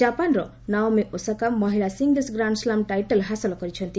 ଜାପାନର Naomi Osaka ମହିଳା singles grand slam title ହାସଲ କରିଛନ୍ତି